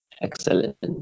Excellent